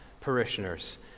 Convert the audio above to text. parishioners